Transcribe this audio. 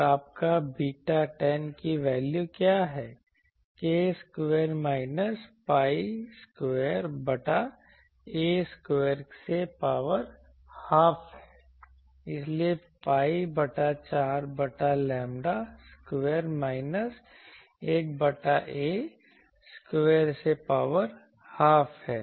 और आपका β10 की वैल्यू क्या है k square minus pi square बटा "á" स्क्वायर से पावर हाफ है इसलिए pi बटा 4 बटा लैंबडा स्क्वायर माइनस 1 बटा "á" स्क्वायर से पावर हाफ है